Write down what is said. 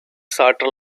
சாற்ற